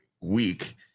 week